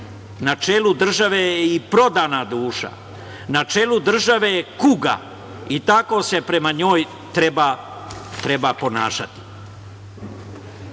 na čelu države je i prodana duša, na čelu države je kuga i tako se prema njoj treba